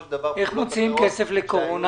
איך מוציאים כסף לקורונה?